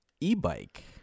e-bike